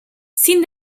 sin